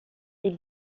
est